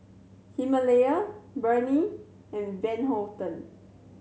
Himalaya Burnie and Van Houten